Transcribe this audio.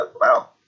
Wow